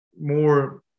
more